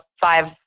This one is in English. five